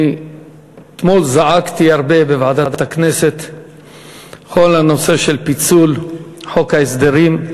אתמול זעקתי הרבה בוועדת הכנסת על כל הנושא של פיצול חוק ההסדרים.